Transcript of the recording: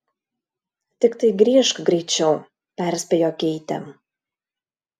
tiktai grįžk greičiau perspėjo keitė